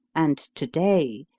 and to-day,